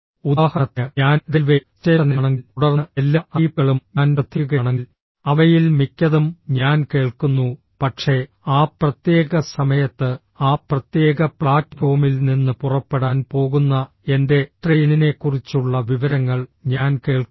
ഉദാഹരണത്തിന് ഞാൻ റെയിൽവേ സ്റ്റേഷനിലാണെങ്കിൽ തുടർന്ന് എല്ലാ അറിയിപ്പുകളും ഞാൻ ശ്രദ്ധിക്കുകയാണെങ്കിൽ അവയിൽ മിക്കതും ഞാൻ കേൾക്കുന്നു പക്ഷേ ആ പ്രത്യേക സമയത്ത് ആ പ്രത്യേക പ്ലാറ്റ്ഫോമിൽ നിന്ന് പുറപ്പെടാൻ പോകുന്ന എന്റെ ട്രെയിനിനെക്കുറിച്ചുള്ള വിവരങ്ങൾ ഞാൻ കേൾക്കുന്നു